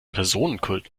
personenkult